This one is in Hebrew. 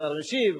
השר משיב,